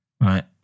right